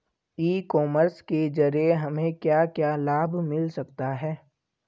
ई commerce के ज़रिए हमें क्या क्या लाभ मिल सकता है?